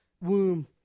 womb